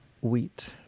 wheat